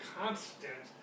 constant